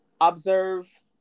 observe